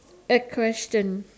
a question